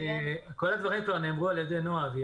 כל הדברים כבר נאמרו על ידי נועה והיא